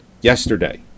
yesterday